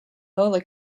lola